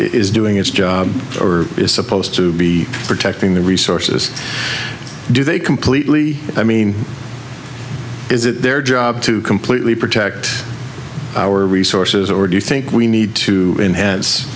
is doing its job or is supposed to be protecting the resources do they completely i mean is it their job to completely protect our resources or do you think we need to